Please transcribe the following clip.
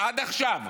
עד עכשיו.